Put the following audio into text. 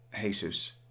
Jesus